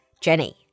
Jenny